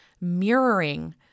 mirroring